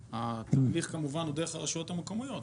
ההליך כמובן הוא דרך הרשויות המקומיות,